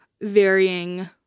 varying